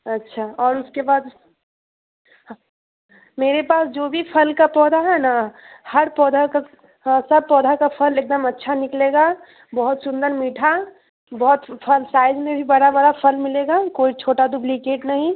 अच्छा और उसके बाद हाँ मेरे पास जो भी फल का पौधा है ना हर पौधा का हाँ सब पौधा का फल एक दम अच्छा निकलेगा बहुत सुन्दर मीठा बहुत फल साइज में भी बड़ा बड़ा फल मिलेगा कोई छोटा डूब्लिकेट नहीं